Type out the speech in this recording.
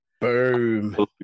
boom